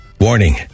Warning